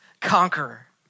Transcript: conqueror